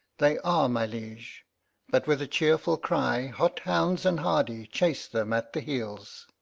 they are, my liege but, with a cheerful cry, hot hounds and hardy chase them at the heels.